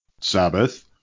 Sabbath